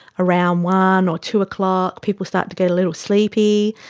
around one or two o'clock people start to get a little sleepy.